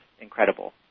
incredible